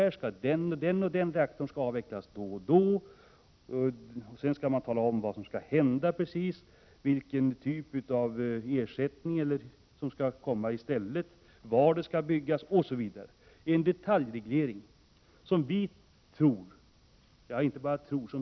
Regeringen skall peka ut när och vilken reaktor som skall avvecklas, vilken typ av ersättning som skall komma osv. Det innebär en detaljreglering steg för steg.